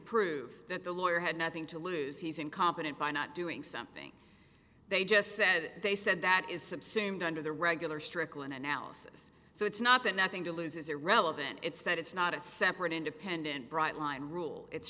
prove that the lawyer had nothing to lose he's incompetent by not doing something they just said they said that is subsumed under the regular strickland analysis so it's not that nothing to lose is irrelevant it's that it's not a separate independent bright line rule it's